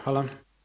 Hvala.